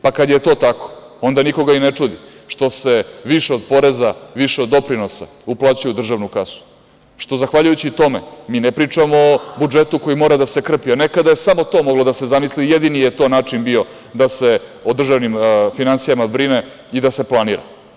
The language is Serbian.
Pa kad je to tako, onda nikoga i ne čudi što se više od poreza, više od doprinosa uplaćuje u državnu kasu, što zahvaljujući tome mi ne pričamo o budžetu koji mora da se krpi, a nekada je samo to moglo da se zamisli, jedini je to način bio da se o državnim finansijama brine i da se planira.